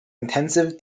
intensive